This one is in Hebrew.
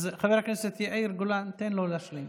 אז חבר הכנסת יאיר גולן, תן לו להשלים